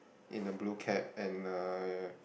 in a blue cap and a